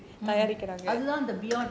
அதுதான்:athuthaan